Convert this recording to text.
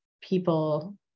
people